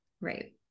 right